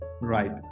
right